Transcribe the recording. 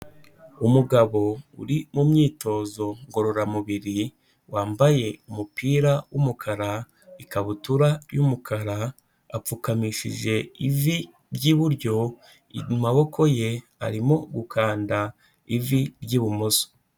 Umugabo uri mu myitozo ngororamubiri wambaye umupira w'umukara, ikabutura y'umukara apfukamishije ivi ry'iburyo mu maboko ye arimo gukanda ivi ry'ibumoso.